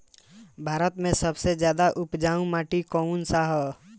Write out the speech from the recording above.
भारत मे सबसे ज्यादा उपजाऊ माटी कउन सा ह?